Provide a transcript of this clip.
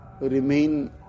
remain